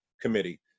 committee